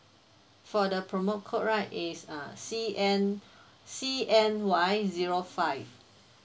for the promo code right is uh C N C N Y zero five